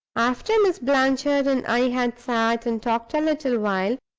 after miss blanchard and i had sat and talked a little while,